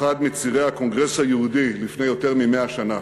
אחד מצירי הקונגרס היהודי לפני יותר מ-100 שנה,